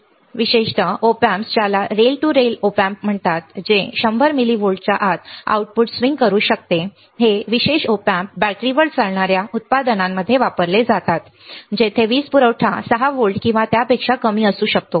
याचा अर्थ असा आहे की विशेष ऑप एम्प्स आहेत ज्याला rail to rail op amps म्हणतात जे 100 मिलि व्होल्टच्या आत आउटपुट स्विंग करू शकते हे विशेष ओप एम्प्स बॅटरीवर चालणाऱ्या उत्पादनांमध्ये वापरले जातात जेथे वीज पुरवठा 6 व्होल्ट किंवा त्यापेक्षा कमी असू शकतो